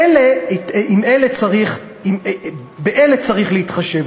באלה צריך להתחשב.